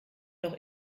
doch